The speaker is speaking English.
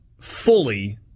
fully